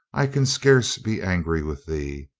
i can scarce be angry with thee,